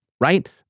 right